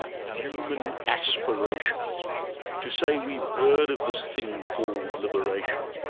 ah human aspiration to say, we've heard of this thing called liberation,